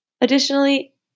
Additionally